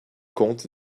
comte